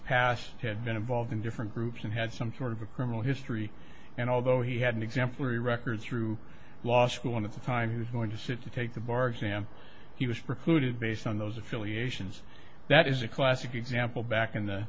past had been involved in different groups and had some sort of a criminal history and although he had an exemplary record through law school at the time who's going to sit to take the bar exam he was precluded based on those affiliations that is a classic example back in the